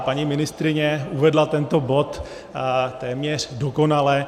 Paní ministryně uvedla tento bod téměř dokonale.